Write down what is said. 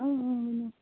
ؤنِو